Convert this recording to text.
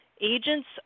agents